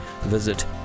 visit